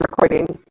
recording